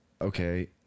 Okay